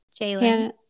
Jalen